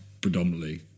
predominantly